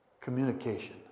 communication